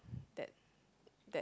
that that